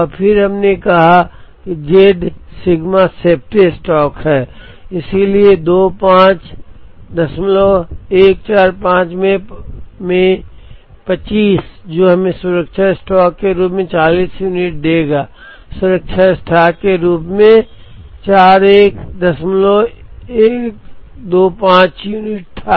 और फिर हमने कहा कि z सिग्मा सेफ्टी स्टॉक है इसलिए 25145 में 25 जो हमें सुरक्षा स्टॉक के रूप में 40 यूनिट देगा सुरक्षा स्टॉक के रूप में 41125 यूनिट था